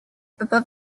above